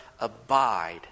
abide